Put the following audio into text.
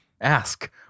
Ask